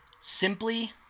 Simply